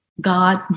God